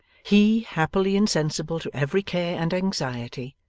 he, happily insensible to every care and anxiety,